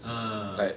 ah